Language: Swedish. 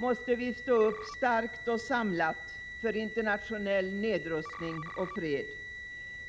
måste vi stå upp starkt och samlat för internationell nedrustning och fred.